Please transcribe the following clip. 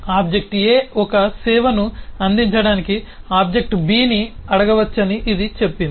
object A ఒక సేవను అందించడానికి ఆబ్జెక్ట్ B ని అడగవచ్చని ఇది చెప్పింది